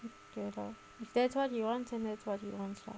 okay lor if that's what he wants and that's what he wants lor